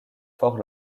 fort